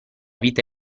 vita